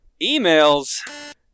Emails